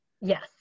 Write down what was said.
Yes